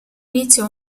iniziò